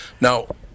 Now